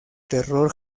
terror